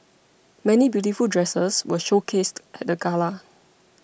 many beautiful dresses were showcased at the gala